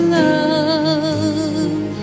love